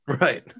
right